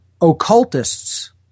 occultists